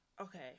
okay